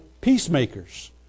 peacemakers